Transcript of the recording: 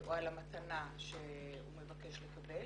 או על המתנה שהוא מבקש לקבל.